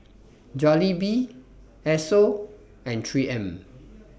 Jollibee Esso and three M